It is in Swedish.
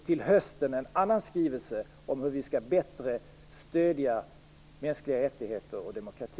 Till hösten kommer det en annan skrivelse om hur vi bättre skall stödja mänskliga rättigheter och demokrati.